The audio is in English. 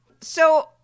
So-